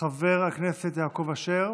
חבר הכנסת יעקב אשר,